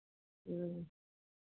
ह्म्म